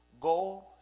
Go